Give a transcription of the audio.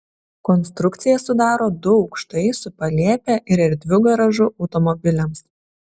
konstrukciją sudaro du aukštai su palėpe ir erdviu garažu automobiliams